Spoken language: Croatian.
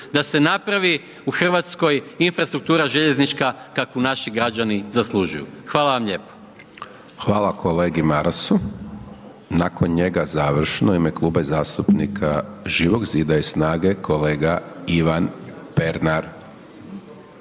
da se napravi u Hrvatskoj infrastruktura željeznička kakvu naši građani zaslužuju. Hvala vam lijepo. **Hajdaš Dončić, Siniša (SDP)** Hvala kolegi Marasu. Nakon njega završno, u ime Kluba zastupnika Živog zida i SNAGA-e kolega Ivan Pernar.